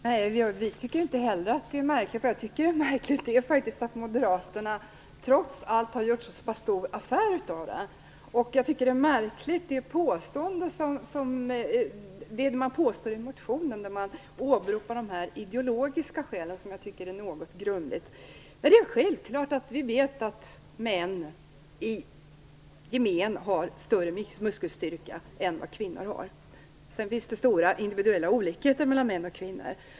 Herr talman! Nej, vi tycker inte heller att det är märkligt. Vad jag tycker är märkligt är att moderaterna har gjort en så stor affär av det hela. Jag tycker att det som man påstår i motionen när man åberopar de något grumliga ideologiska skälen är märkligt. Det är självklart att vi vet att män i gemen har större muskelstyrka än vad kvinnor har - sedan finns det stora individuella olikheter mellan män och kvinnor.